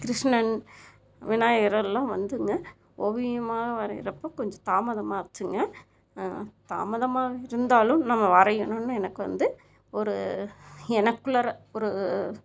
கிருஷ்ணன் விநாயகர் எல்லாம் வந்துங்க ஓவியமாக வரைகிறப்ப கொஞ்சம் தாமதமாச்சுங்க தாமதமாக இருந்தாலும் நம்ம வரையணும்னு எனக்கு வந்து ஒரு எனக்குள்ளார ஒரு